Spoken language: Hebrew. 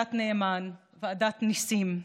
ועדת נאמן, ועדת ניסים,